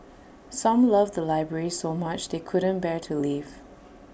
some love the library so much they couldn't bear to leave